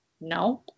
no